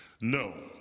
No